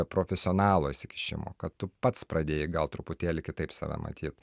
profesionalo įsikišimo kad tu pats pradėjai gal truputėlį kitaip save matyt